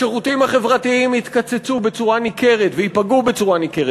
השירותים החברתיים יתקצצו בצורה ניכרת וייפגעו בצורה ניכרת.